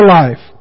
life